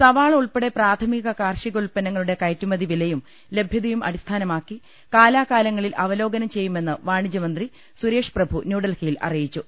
സവാള ഉൾപ്പെടെ പ്രാഥമിക കാർഷികോൽപ്പന്നങ്ങളുടെ കയ റ്റുമതി വിലയും ലഭ്യതയും അടിസ്ഥാനമാക്കി കാലാകാലങ്ങളിൽ അവലോകനം ചെയ്യു മെന്ന് വാണിജ്യ മന്ത്രി സുരേഷ്പ്രഭു ന്യൂഡൽഹിയിൽ അറിയിച്ചു